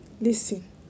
Listen